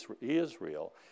Israel